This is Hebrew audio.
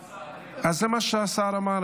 רק שהן לא --- אז זה מה שהשר אמר,